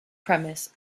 premise